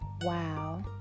Wow